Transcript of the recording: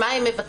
מה הם מבקשים?